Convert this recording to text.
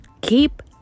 Keep